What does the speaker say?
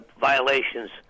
violations